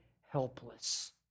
helpless